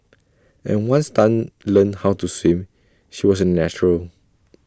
and once Tan learnt how to swim she was A natural